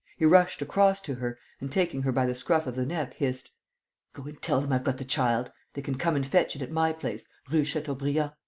he rushed across to her and, taking her by the scruff of the neck, hissed go and tell them i've got the child. they can come and fetch it at my place, rue chateaubriand.